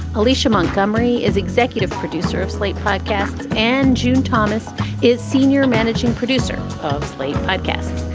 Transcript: alicia montgomery is executive producer of slate podcasts. and june thomas is senior managing producer of slate podcasts.